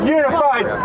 unified